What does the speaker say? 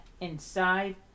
inside